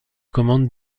commandes